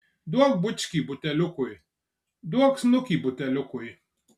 duok bučkį buteliukui duok snukį buteliukui